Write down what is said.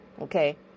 Okay